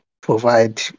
provide